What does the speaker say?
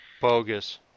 Bogus